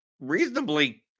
reasonably